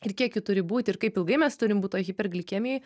ir kiek jų turi būt ir kaip ilgai mes turim būt toj hiperglikemijoj